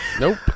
nope